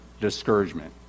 discouragement